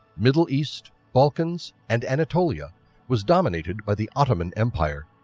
middle east, balkans and anatolia was dominated by the ottoman empire.